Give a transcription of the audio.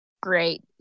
Great